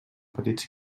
petits